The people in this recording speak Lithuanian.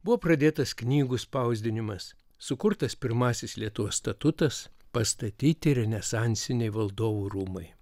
buvo pradėtas knygų spausdinimas sukurtas pirmasis lietuvos statutas pastatyti renesansiniai valdovų rūmai